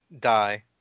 die